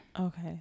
Okay